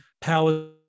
powers